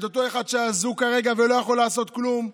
את אותו אחד שאזוק כרגע ולא יכול לעשות כלום.